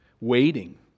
Waiting